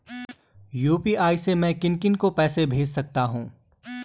UPI से मैं किन किन को पैसे भेज सकता हूँ?